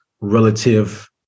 relative